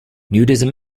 nudism